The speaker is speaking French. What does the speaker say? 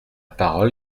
parole